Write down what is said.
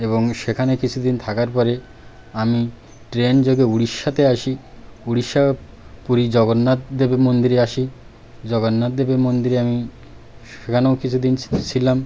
এবং সেখানে কিছুদিন থাকার পরে আমি ট্রেনযোগে উড়িষ্যাতে আসি উড়িষ্যা পুরী জগন্নাথদেবের মন্দিরে আসি জগন্নাথদেবের মন্দিরে আমি সেখানেও কিছু দিন ছিলাম